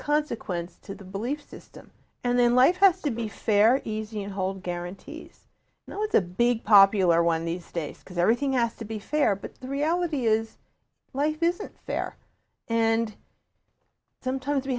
consequence to the belief system and then life has to be fair easy and whole guarantees you know it's a big popular one these days because everything has to be fair but the reality is life isn't fair and sometimes we